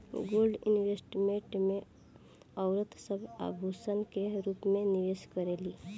gold investment में औरत सब आभूषण के रूप में निवेश करेली